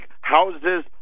houses